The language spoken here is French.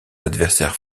adversaires